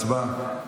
הצבעה.